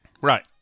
Right